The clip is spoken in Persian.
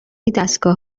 دستگاه